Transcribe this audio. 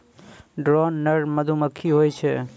drone नर मधुमक्खी होय छै